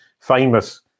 famous